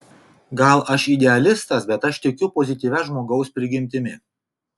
gal aš idealistas bet aš tikiu pozityvia žmogaus prigimtimi